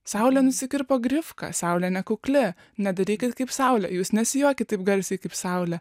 saulė nusikirpo grifą saulė nekukli nedarykit kaip saulė jūs nesijuokit taip garsiai kaip saulė